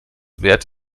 wärt